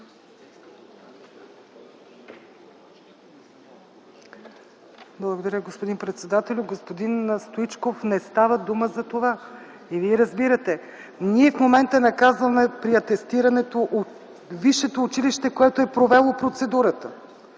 Благодаря, господин председателю. Господин Стоичков, не става дума за това. Вие разбирате – ние в момента наказваме при атестирането висшето училище, което е провело процедурата,